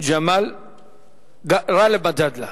גאלב מג'אדלה.